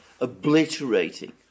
obliterating